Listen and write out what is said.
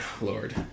Lord